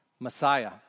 Messiah